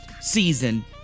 season